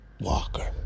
Walker